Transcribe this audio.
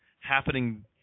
happening